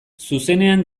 zuzenean